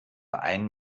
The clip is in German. ein